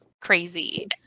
crazy